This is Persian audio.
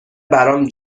برام